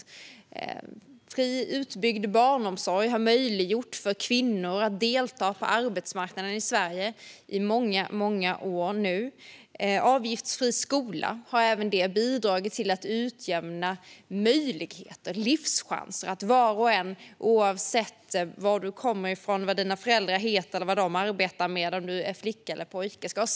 En fri, utbyggd barnomsorg har i många år möjliggjort för kvinnor att delta på arbetsmarknaden. En avgiftsfri skola har bidragit till att ge var och en möjlighet att bygga sitt liv och sin framtid i Sverige oavsett var man kommer från, vad ens föräldrar heter eller arbetar eller om man är flicka eller pojke.